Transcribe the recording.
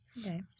okay